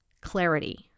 clarity